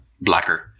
blacker